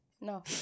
No